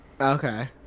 Okay